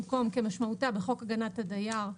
במקום "כמשמעותה בחוק הגנת הדייר,